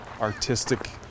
artistic